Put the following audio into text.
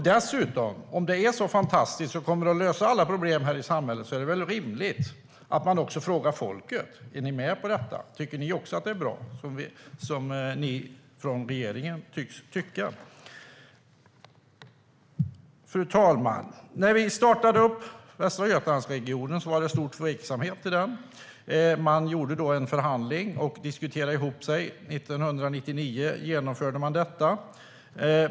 Dessutom, om det här är så fantastiskt och kommer att lösa alla problem här i samhället, är det väl rimligt att ni också frågar folket om man är med på detta och tycker att det är lika bra som ni i regeringen tycks tycka. Fru talman! När vi startade upp Västra Götalandsregionen fanns det stor tveksamhet inför den. Man gjorde då en förhandling och diskuterade ihop sig. År 1999 genomförde man detta.